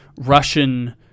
Russian